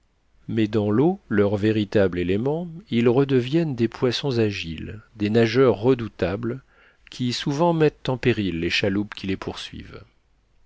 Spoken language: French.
mais dans l'eau leur véritable élément ils redeviennent des poissons agiles des nageurs redoutables qui souvent mettent en péril les chaloupes qui les poursuivent